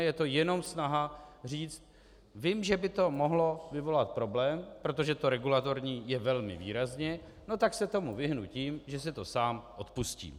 Je to jenom snaha říct vím, že by to mohlo vyvolat problém, protože to regulatorní je velmi výrazně, no tak se tomu vyhnu tím, že si to sám odpustím.